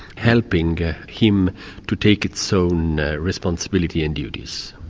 helping him to take its own responsibility and duties.